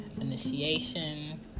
initiation